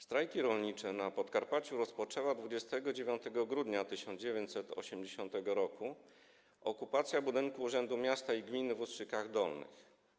Strajki rolnicze na Podkarpaciu rozpoczęła 29 grudnia 1980 r. okupacja budynku Urzędu Miasta i Gminy w Ustrzykach Dolnych.